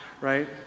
right